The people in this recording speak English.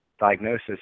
diagnosis